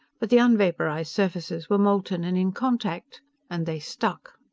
but the unvaporized surfaces were molten and in contact and they stuck.